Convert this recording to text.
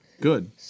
Good